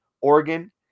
Oregon